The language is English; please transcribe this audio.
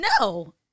No